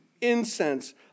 incense